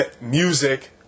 music